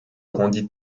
rendit